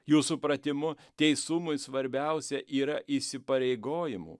jų supratimu teisumui svarbiausia yra įsipareigojimų